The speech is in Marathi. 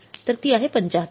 तर ती आहे ७५